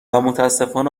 متاسفانه